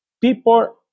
people